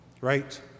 right